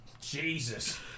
Jesus